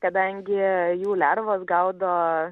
kadangi jų lervos gaudo